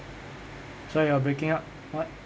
sorry you're breaking up what